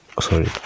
sorry